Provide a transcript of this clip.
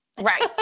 right